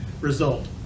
result